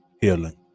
healing